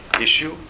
issue